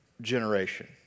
generation